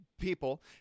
people